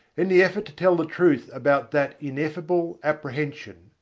in the effort to tell the truth about that ineffable apprehension,